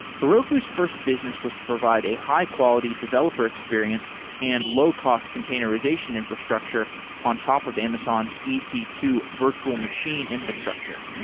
heroku's first business was to provide a high-quality developer experience and low-cost containerization infrastructure on top of amazon's e c two virtual machine infrastructure.